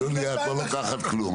יוליה, את לא לוקחת כלום.